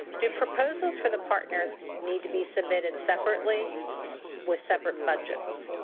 do proposals for the partners need to be submitted separately with separate budgets?